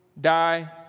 die